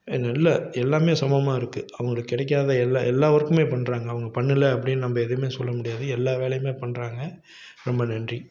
நல்ல எல்லாமே சமமாக இருக்கு அவங்களுக்கு கிடைக்காத எல்லா எல்லா ஒர்க்குமே பண்ணுறாங்க அவங்க பண்ணலை அப்படின்னு நம்ப எதையுமே சொல்ல முடியாது எல்லா வேலையுமே பண்ணுறாங்க ரொம்ப நன்றி